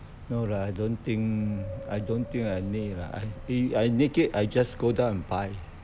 no lah I don't think I don't think I need ah I need it I will just go down and buy